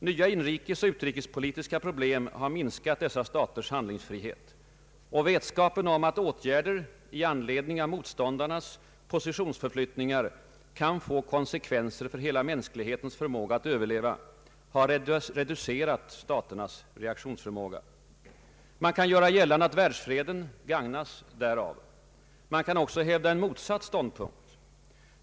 Nya inrikesoch utrikespolitiska problem har minskat dessa staters handlingsfrihet, Vetskapen om att åtgärder i anledning av motståndarnas positionsförflyttningar kan få konsekvenser för hela mänsklighetens förmåga att överleva har reducerat staternas reaktionsförmåga. Man kan göra gällande, att världsfreden gagnas därav. Man kan också hävda en motsatt ståndpunkt.